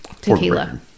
tequila